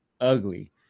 ugly